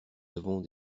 avons